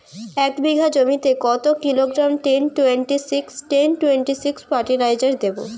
এক বিঘা জমিতে কত kilogram ten twenty six twenty six fertiliser দেবো?